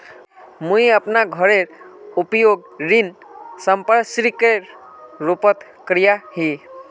मुई अपना घोरेर उपयोग ऋण संपार्श्विकेर रुपोत करिया ही